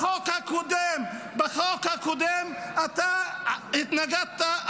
בחוק הקודם אתה התנגדת,